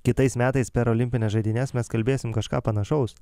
kitais metais per olimpines žaidynes mes kalbėsim kažką panašaus